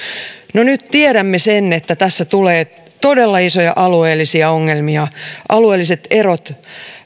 no nyt tiedämme sen että tässä tulee todella isoja alueellisia ongelmia alueelliset erot